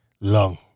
Long